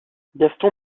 gaston